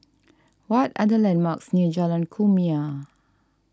what are the landmarks near Jalan Kumia